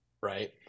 right